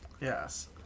Yes